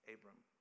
Abram